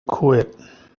quit